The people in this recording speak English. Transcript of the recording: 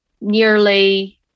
nearly